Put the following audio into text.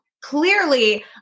clearly